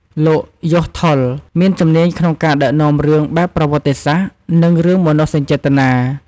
លោក យ៉ូស ថុល មានជំនាញក្នុងការដឹកនាំរឿងបែបប្រវត្តិសាស្ត្រ និងរឿងមនោសញ្ចេតនា។